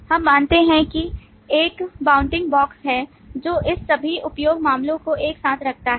हम मानते हैं कि एक बाउंडिंग बॉक्स है जो इस सभी उपयोग मामलों को एक साथ रखता है